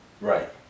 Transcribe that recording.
Right